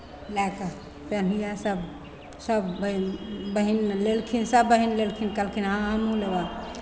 लए कऽ पहिनिहेँ सभ सभ बहिन बहिन लेलखिन सभ बहिन लेलखिन कहलखिन हँ हमहूँ लेबै